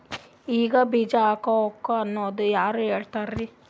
ಹಿಂಗ್ ಬೀಜ ಹಾಕ್ಬೇಕು ಅನ್ನೋದು ಯಾರ್ ಹೇಳ್ಕೊಡ್ತಾರಿ?